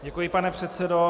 Děkuji, pane předsedo.